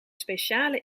speciale